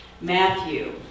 Matthew